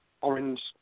orange